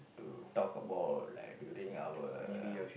to talk about like during our